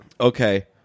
Okay